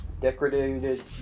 decorated